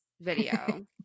video